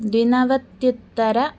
द्विनवत्युत्तरम्